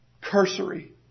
cursory